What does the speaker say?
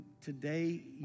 today